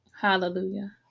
Hallelujah